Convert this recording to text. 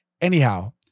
Anyhow